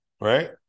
right